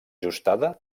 ajustada